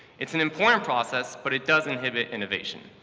it's an important process, but it does inhibit innovation.